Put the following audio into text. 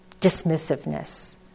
dismissiveness